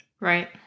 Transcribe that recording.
Right